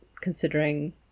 considering